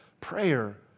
prayer